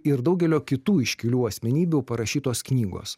ir daugelio kitų iškilių asmenybių parašytos knygos